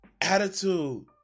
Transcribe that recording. attitude